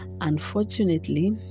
unfortunately